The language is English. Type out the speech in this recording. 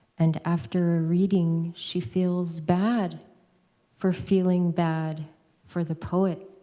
and after ah reading, she feels bad for feeling bad for the poet,